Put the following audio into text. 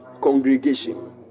congregation